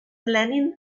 lenin